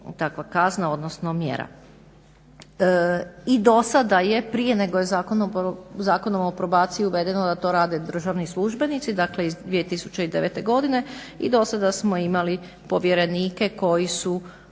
takva kazna odnosno mjera. I do sada je prije nego je Zakonom o probaciji uvedeno da to rade državni službenici, dakle iz 2009. godine i do sada smo imali povjerenike koji su